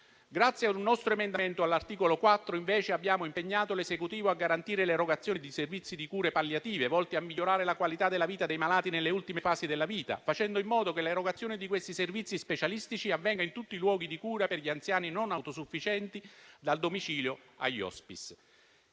Grazie ad un nostro emendamento all'articolo 4, invece, abbiamo impegnato l'Esecutivo a garantire l'erogazione di servizi di cure palliative, volte a migliorare la qualità della vita dei malati nelle ultime fasi della vita, facendo in modo che l'erogazione di questi servizi specialistici avvenga in tutti i luoghi di cura per gli anziani non autosufficienti, dal domicilio agli *hospice*.